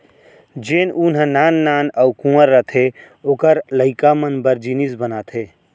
जेन ऊन ह नान नान अउ कुंवर रथे ओकर लइका मन बर जिनिस बनाथे